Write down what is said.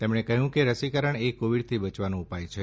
તેમણે કહ્યું કે રસીકરણ એ કોવીડથી બચવાનો ઉપાય છે